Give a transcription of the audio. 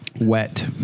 Wet